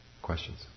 Questions